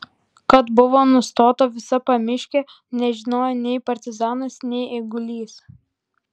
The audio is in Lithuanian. kad buvo nustota visa pamiškė nežinojo nei partizanas nei eigulys